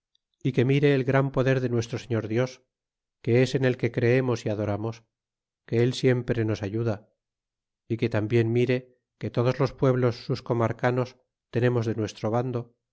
y que mire el gran poder de nuestro señor dios que es en el que creemos y adoramos que él siempre nos ayuda é que tambien mire que todos los pueblos sus comarcanos tenemos de nuestro bando